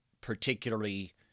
particularly